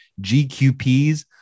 gqps